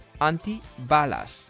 Antibalas